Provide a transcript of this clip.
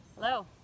hello